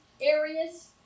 areas